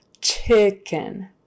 Chicken